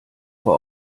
vor